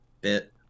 bit